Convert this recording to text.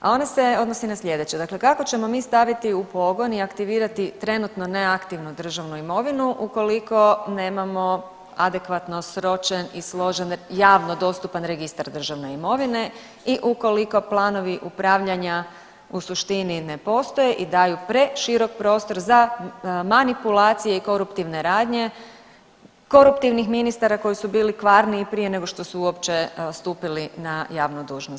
A onda se odnosi na slijedeće, dakle kako ćemo mi staviti u pogon i aktivirati trenutno neaktivnu državnu imovinu ukoliko nemamo adekvatno sročen i složen javno dostupan registar državne imovine i ukoliko planovi upravljanja u suštini ne postoje i daju preširok prostor za manipulacije i koruptivne radnje koruptivnih ministara koji su bili kvarni i prije nego što su uopće stupili na javnu dužnost.